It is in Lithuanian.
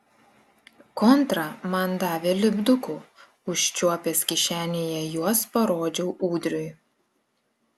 kontra man davė lipdukų užčiuopęs kišenėje juos parodžiau ūdriui